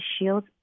shield